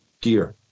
gear